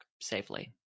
safely